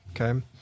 Okay